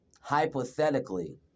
hypothetically